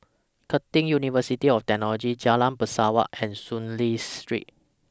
Curtin University of Technology Jalan Pesawat and Soon Lee Street